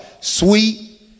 Sweet